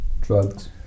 drugs